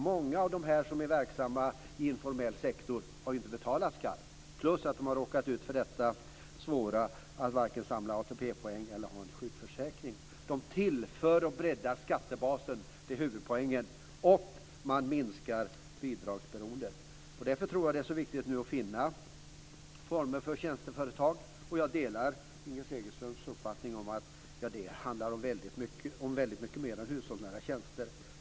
Många av dem som är verksamma i informell sektor har inte betalat skatt, förutom att de har råkat ut för det svåra att varken samla ATP-poäng eller ha en sjukförsäkring. De tillför pengar och breddar skattebasen - det är huvudpoängen - och man minskar bidragsberoendet. Därför är det nu så viktigt att finna former för tjänsteföretag. Jag delar Inger Segelströms uppfattning att det handlar om väldigt mycket mer än hushållsnära tjänster.